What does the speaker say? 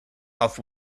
off